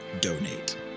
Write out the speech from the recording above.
donate